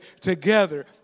together